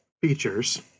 features